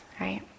right